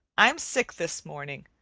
i'm sick this morning.